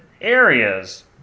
areas